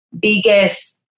biggest